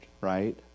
right